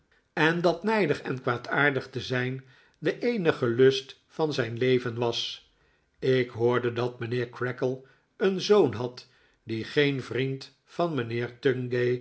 en dat nijdig en kwaadaardip te zijn de eenige lust van zijn leven was ik hoorde dat mijnheer creakle een zoon had die geen vriend van mijnheer tungay